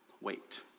Wait